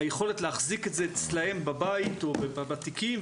היכולת להחזיק את זה אצלם בבית או בתיקים,